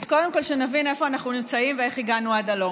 אז קודם שנבין איפה אנחנו נמצאים ואיך הגענו עד הלום.